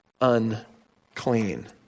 unclean